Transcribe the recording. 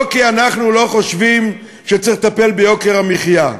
לא כי אנחנו לא חושבים שצריך לטפל ביוקר המחיה,